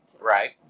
Right